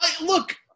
Look